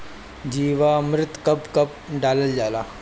जीवामृत कब कब डालल जाला?